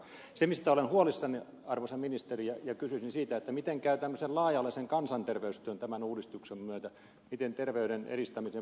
mistä olen huolissani arvoisa ministeri ja mistä kysyisin on se että miten käy tämmöisen laaja alaisen kansanterveystyön tämän uudistuksen myötä miten käy terveyden edistämisen politiikkaohjelman